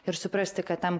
ir suprasti kad tam